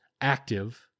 active